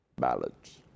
ballots